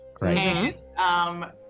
right